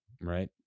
Right